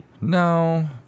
No